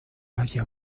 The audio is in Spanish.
haya